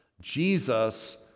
Jesus